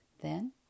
Then